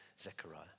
Zechariah